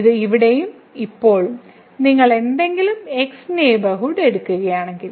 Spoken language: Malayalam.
ഇത് ഇവിടെയും ഇപ്പോളും നിങ്ങൾ എന്തെങ്കിലും x നെയ്ബർഹുഡ് എടുക്കുകയാണെങ്കിൽ